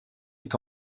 est